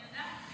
אני יודעת.